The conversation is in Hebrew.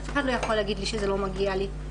אף אחד לא יכול להגיד לי שזה לא מגיע לי,